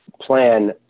plan